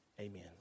Amen